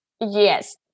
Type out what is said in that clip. Yes